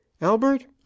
Albert